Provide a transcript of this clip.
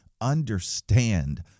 understand